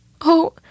Oh